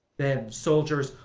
then, soldiers,